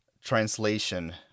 translation